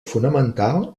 fonamental